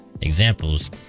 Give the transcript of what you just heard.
examples